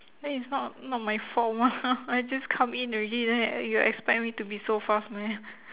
then it's not not my fault I just come in already then you expect me to be so fast meh